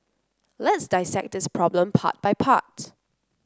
let's dissect this problem part by part